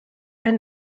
ein